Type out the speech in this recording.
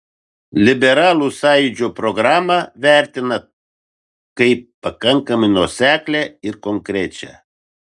liberalų sąjūdžio programą vertina kaip pakankamai nuoseklią ir konkrečią